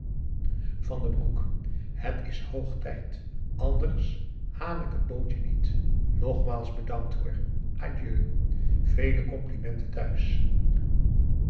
van den broek het is hoog tijd anders haal ik het bootje niet nogmaals bedankt hoor adieu vele complimenten thuis